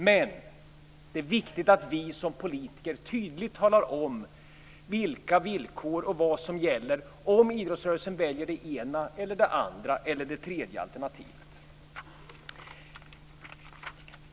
Men det är viktigt att vi som politiker tydligt talar om vilka villkor som gäller om idrottsrörelsen väljer det ena eller det andra eller det tredje alternativet.